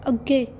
ਅੱਗੇ